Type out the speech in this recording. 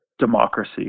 Democracy